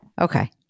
Okay